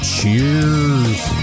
Cheers